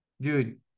dude